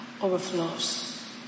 overflows